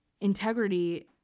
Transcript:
integrity